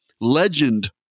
legend